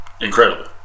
incredible